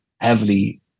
heavily